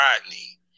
rodney